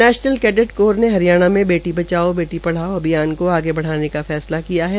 national Cadet Corps ने हरियाणा बेटी बचाओं बेटी पढ़ाओं अभियान को आगे बढ़ाने का फैसला किया है